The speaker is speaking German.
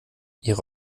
ihre